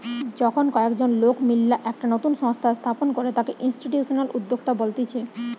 যখন কয়েকজন লোক মিললা একটা নতুন সংস্থা স্থাপন করে তাকে ইনস্টিটিউশনাল উদ্যোক্তা বলতিছে